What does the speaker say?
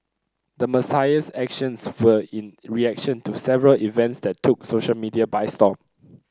the Messiah's actions were in reaction to several events that took social media by storm